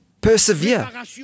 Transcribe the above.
Persevere